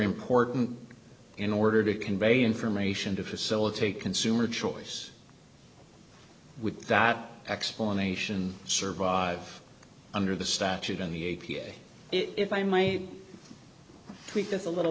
important in order to convey information to facilitate consumer choice with that explanation survive under the statute in the a p a if i my weakness a little